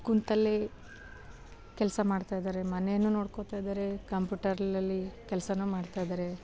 ಕೂತಲ್ಲೆ ಕೆಲಸ ಮಾಡ್ತಯಿದ್ದಾರೆ ಮನೇನೂ ನೋಡ್ಕೊಳ್ತಾಯಿದ್ದಾರೆ ಕಂಪ್ಯೂಟರ್ನಲ್ಲಿ ಕೆಲಸನೂ ಮಾಡ್ತಾಯಿದ್ದಾರೆ